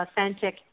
authentic